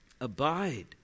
Abide